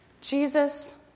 Jesus